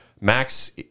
Max